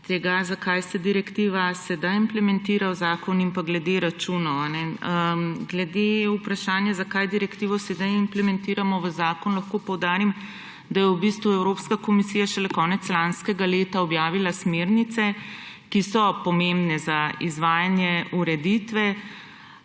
tega, zakaj se direktiva sedaj implementira v zakon, in glede računov. Glede vprašanja, zakaj direktivo sedaj implementiramo v zakon, lahko poudarim, da je v bistvu Evropske komisija šele konec lanskega leta objavila smernice, ki so pomembne za izvajanje ureditve.